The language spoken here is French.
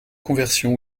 conversion